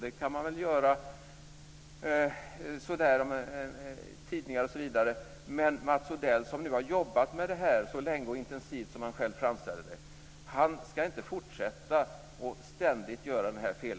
Det kan man väl göra i tidningar och så, men Mats Odell, som har jobbat med det här så länge och intensivt som han själv framställer det, ska inte fortsätta att ständigt göra samma fel.